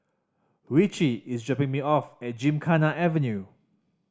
Ritchie is dropping me off at Gymkhana Avenue